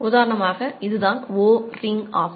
உதாரணமாக இதுதான் O ring ஆகும்